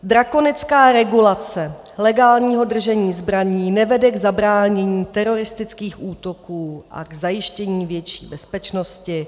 Drakonická regulace legálního držení zbraní nevede k zabránění teroristickým útokům a k zajištění větší bezpečnosti.